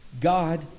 God